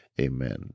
amen